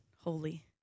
holy